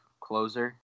closer